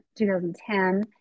2010